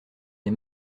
les